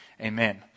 Amen